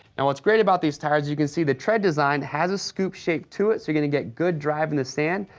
and what's great about these tires, as you can see, the tread design has a scoop shape to it, so you're gonna get good drive in the sand.